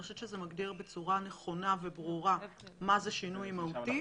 אני חושבת שזה מגדיר בצורה נכונה וברורה מה זה שינוי מהותי,